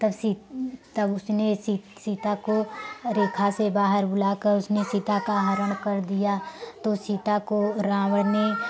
तब सी उसने सी सीता को रेखा से बाहर बुलाकर उसने सीता का हरण कर दिया तो सीता को रावन ने